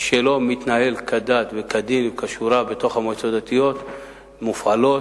שלא מתנהל כדת וכדין וכשורה בתוך המועצות הדתיות מופעלות,